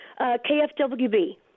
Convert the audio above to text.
KFWB